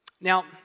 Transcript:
Now